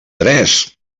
tres